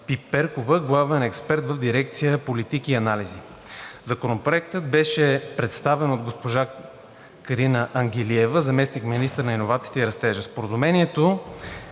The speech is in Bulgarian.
главен експерт в дирекция „Политики и анализи“. Законопроектът беше представен от госпожа Карина Ангелиева – заместник-министър на иновациите и растежа. Споразумението